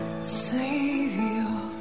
Savior